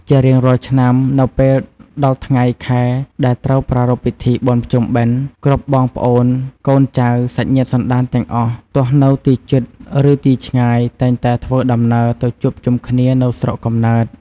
ជារៀងរាល់ឆ្នាំ នៅពេលដល់ថ្ងៃខែដែលត្រូវប្រារព្ធពិធីបុណ្យភ្ជុំបិណ្ឌ គ្រប់បងប្អូនកូនចៅ សាច់ញាតិសន្ដានទាំងអស់ ទោះនៅទីជិត ឬទីឆ្ងាយ តែងតែធ្វើដំណើរទៅជួបជុំគ្នានៅស្រុកកំណើត។